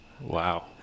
Wow